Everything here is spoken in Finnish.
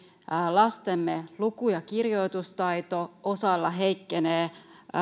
lastemme luku ja kirjoitustaito osalla heikkenee